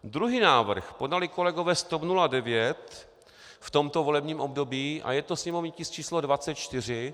Druhý návrh podali kolegové z TOP 09 v tomto volebním období a je to sněmovní tisk číslo 24.